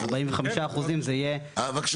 הוא התכוון לזה שיכול להיות שבתוך ה-45% זה יהיה --- בבקשה,